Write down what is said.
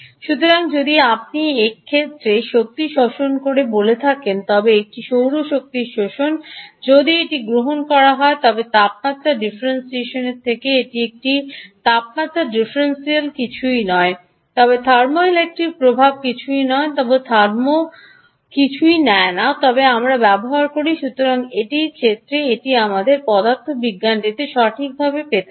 সুতরাং যদি আপনি এক ক্ষেত্রে শক্তি শোষণ করে বলে থাকেন তবে এটি সৌর শক্তি শোষণ যদি এটি গ্রহণ করা হয় তবে তাপমাত্রা ডিফারেনশনের দিক থেকে এটি তাপমাত্রা ডিফারেনশিয়াল কিছুই নয় তবে থার্মো ইলেক্ট্রিক প্রভাব কিছুই নয় তবে থার্মো কিছুই নেয় না তবে আমরা ব্যবহার করি সুতরাং একটি ক্ষেত্রে এটি আমাদের পদার্থবিজ্ঞানটি সঠিকভাবে পেতে দেবে